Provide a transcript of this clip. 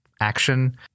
action